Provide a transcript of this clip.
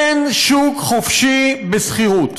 אין שוק חופשי בשכירות.